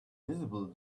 visible